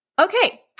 okay